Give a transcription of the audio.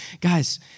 Guys